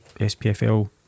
SPFL